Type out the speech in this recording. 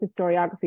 historiography